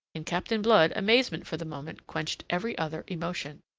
in captain blood, amazement for the moment quenched every other emotion.